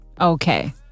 Okay